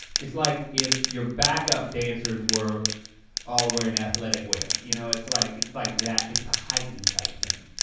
it's like if your backup dancers were all wearing athletic wear, you know it's like it's like that, it's a heightened type thing.